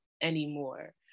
anymore